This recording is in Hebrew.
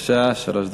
בבקשה, שלוש דקות.